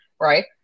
right